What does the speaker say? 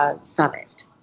summit